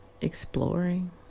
exploring